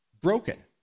broken